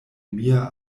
mia